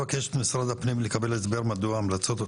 גם למנכ"ל משרד הפנים ולנציגי המשרד שנכחו בדיון,